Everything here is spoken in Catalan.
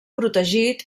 protegit